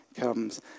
comes